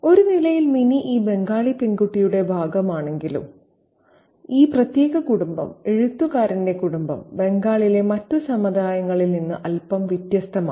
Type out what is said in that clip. ഒരു നിലയിൽ മിനി ഈ ബംഗാളി പെൺകുട്ടികളുടെ ഭാഗമാണെങ്കിലും ഈ പ്രത്യേക കുടുംബം എഴുത്തുകാരന്റെ കുടുംബം ബംഗാളിലെ മറ്റ് സമുദായങ്ങളിൽ നിന്ന് അല്പം വ്യത്യസ്തമാണ്